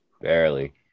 Barely